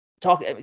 talk